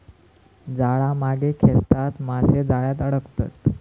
जाळा मागे खेचताच मासे जाळ्यात अडकतत